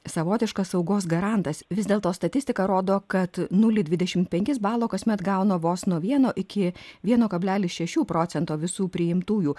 savotiškas saugos garantas vis dėlto statistika rodo kad nulį dvidešimt penkis balo kasmet gauna vos nuo vieno iki vieno kablelis šešių procentų visų priimtųjų